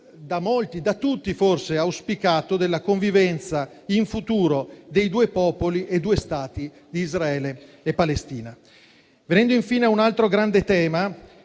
(da molti, forse da tutti auspicato) della convivenza in futuro di due popoli e due Stati, Israele e Palestina. Venendo infine a un altro grande tema